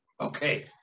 okay